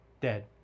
Dead